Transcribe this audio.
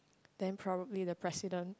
then probably the President